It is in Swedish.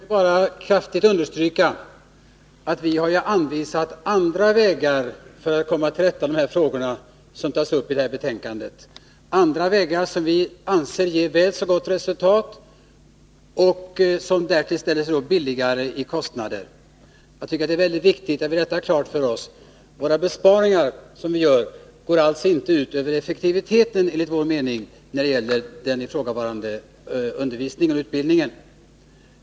Herr talman! Jag vill kraftigt understryka att vi har anvisat andra vägar för att komma till rätta med de frågor som tas upp i det här betänkandet, andra vägar som vi anser ger väl så gott resultat och som därtill ställer sig billigare. Jag tycker att det är väldigt viktigt att man har detta klart för sig. Våra besparingar går alltså enligt vår mening inte ut över effektiviteten när det gäller den ifrågavarande utbildningen.